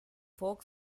folk